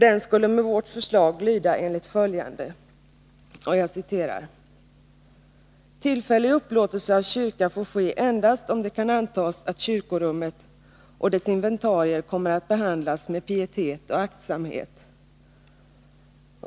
Den skulle med vårt förslag lyda enligt följande: ”Tillfällig upplåtelse av kyrka får ske endast om det kan antas att kyrkorummet och dess inventarier kommer att behandlas med pietet och aktsamhet.